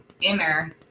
inner